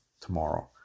tomorrow